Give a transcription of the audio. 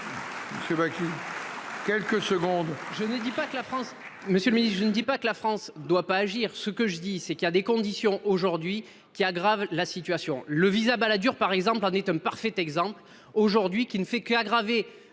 Monsieur le Ministre, je ne dis pas que la France ne doit pas agir, ce que je dis c'est qu'il y a des conditions aujourd'hui qui aggrave la situation le VISA Balladur par exemple en est un parfait exemple aujourd'hui qui ne fait qu'aggraver